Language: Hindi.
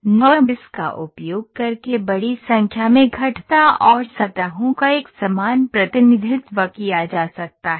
NURBS का उपयोग करके बड़ी संख्या में वक्र और सतहों का एक समान प्रतिनिधित्व किया जा सकता है